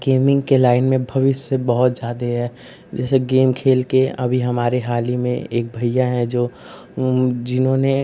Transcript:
gaming के line में भविष्य बहुत ज़्यादा है जैसे गेम खेलकर अभी हमारे हाल ही में एक भैया हैं जो जिन्होंने